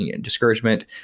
discouragement